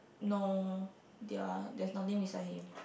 no their there's nothing beside him